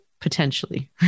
Potentially